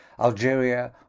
Algeria